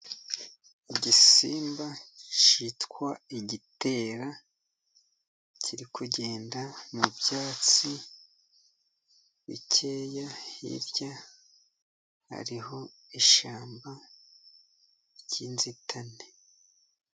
Igisimba cyitwa igitera kiri kugenda mu byatsi bikeya, hirya hariho ishyamba ry'inzitane.